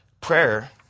Prayer